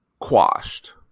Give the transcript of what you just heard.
quashed